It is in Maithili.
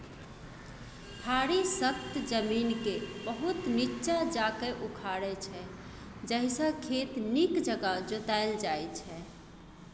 फारी सक्खत जमीनकेँ बहुत नीच्चाँ जाकए उखारै छै जाहिसँ खेत नीक जकाँ जोताएल जाइ छै